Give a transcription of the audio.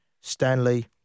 Stanley